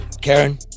Karen